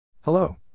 Hello